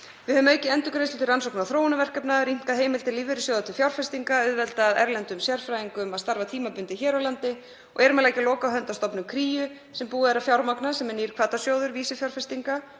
Við höfum aukið endurgreiðslur til rannsóknar- og þróunarverkefna, rýmkað heimildir lífeyrissjóða til fjárfestinga, auðveldað erlendum sérfræðingum að starfa tímabundið hér á landi og erum að leggja lokahönd á stofnun Kríu, sem búið er að fjármagna, sem er nýr hvatasjóður og mun